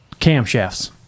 camshafts